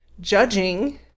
judging